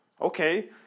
okay